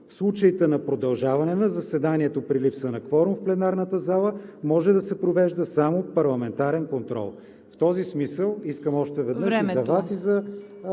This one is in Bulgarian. В случаите на продължаване на заседанието при липса на кворум в пленарната зала, може да се провежда само парламентарен контрол.“ В този смисъл искам още веднъж за Вас…